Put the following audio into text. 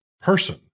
person